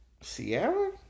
Sierra